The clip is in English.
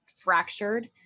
fractured